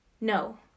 No